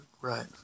right